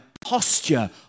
posture